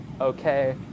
okay